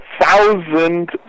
thousand